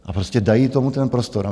A prostě dají tomu ten prostor.